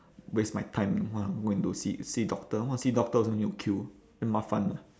waste my time !wah! go and to see see doctor want to see doctor also need to queue damn 麻烦 lah